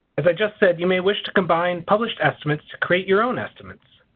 as i just said you may wish to combine published estimates to create your own estimates.